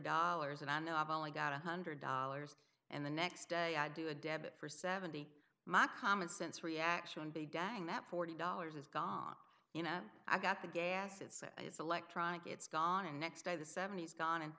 dollars and i know i've only got one hundred dollars and the next day i do a debit for seventy my commonsense reaction be dang that forty dollars is gone you know i got the gas it says it's electronic it's gone and next day the seventies gone and